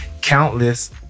countless